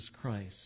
Christ